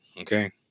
okay